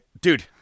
Dude